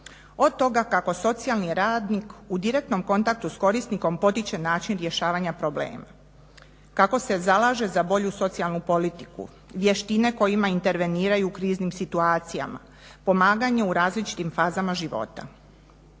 od toga kako socijalni radnik u direktnom kontaktu s korisnikom potiče način rješavanja problema, kako se zalaže za bolju socijalnu politiku, vještine koje ima interveniraju u kriznim situacijama, pomaganje u različitim fazama života.